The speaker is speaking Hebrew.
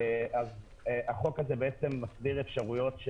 אז החוק הזה מסדיר אפשרויות,